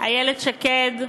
איילת שקד,